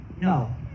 No